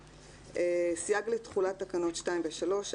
סייג לתחולת תקנות 2 ו-3.